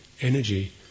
energy